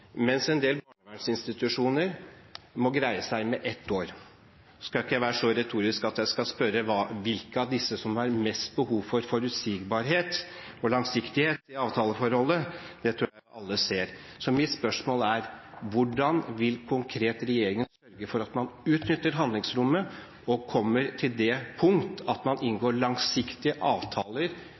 mens en del barnevernsinstitusjoner må greie seg med ett år. Jeg skal ikke være så retorisk at jeg skal spørre hvilke av disse som har mest behov for forutsigbarhet og langsiktighet i avtaleforholdet. Det tror jeg alle ser. Mitt spørsmål er: Hvordan vil regjeringen konkret sørge for at man utnytter handlingsrommet og kommer til det punkt at man inngår langsiktige avtaler